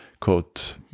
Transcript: quote